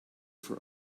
for